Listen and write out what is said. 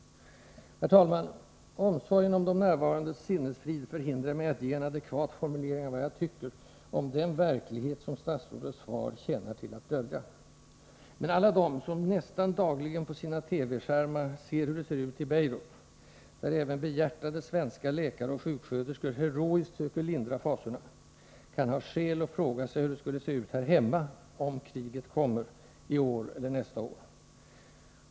Herr talman! Omsorgen om de närvarandes sinnesfrid förhindrar mig att ge en adekvat formulering av vad jag tycker om den verklighet som statsrådets svar tjänar till att dölja. Men alla de som nästan dagligen på sina TV-skärmar ser hur det ser ut i Beirut — där även behjärtade svenska läkare och sjuksköterskor heroiskt söker lindra fasorna — kan ha skäl att fråga sig hur det skulle se ut här hemma ”om kriget kommer” i år, eller nästa år.